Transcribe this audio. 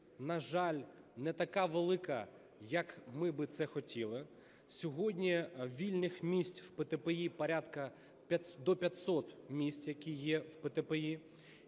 на жаль, не така велика, як ми би це хотіли. Сьогодні вільних місць в ПТПІ порядка до 500 місць, які є в ПТПІ.